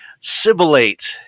Sibilate